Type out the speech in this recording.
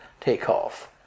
takeoff